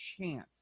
chance